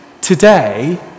today